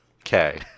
Okay